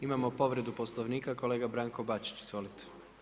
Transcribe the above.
Imamo povredu Poslovnika, kolega Branko Bačić, izvolite.